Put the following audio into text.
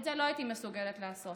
את זה לא הייתי מסוגלת לעשות.